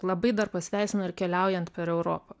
labai dar pasiteisino ir keliaujant per europą